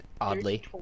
oddly